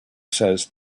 says